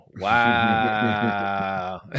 Wow